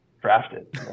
drafted